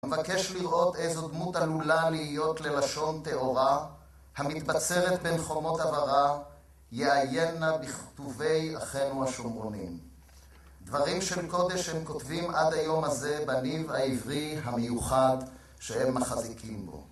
אני מבקש לראות איזו דמות עלולה להיות ללשון טהורה המתבצרת בין חומות עברה יעיינה בכתובי אחינו השומרונים. דברים של קודש הם כותבים עד היום הזה בניב העברי המיוחד שהם מחזיקים בו.